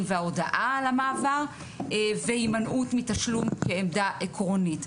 וההודעה על המעבר והימנעות מתשלום כעמדה עקרונית.